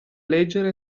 leggere